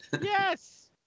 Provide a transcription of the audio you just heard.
yes